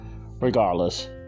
regardless